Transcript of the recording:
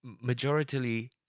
majority